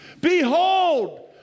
behold